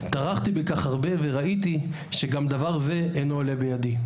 טרחתי בכך הרבה וראיתי שגם דבר זה אינו עולה בידי".